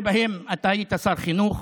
שבהן אתה היית שר חינוך,